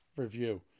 Review